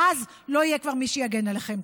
ואז כבר לא יהיה מי שיגן עליכם.